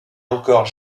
encore